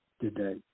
today